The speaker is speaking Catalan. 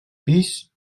pis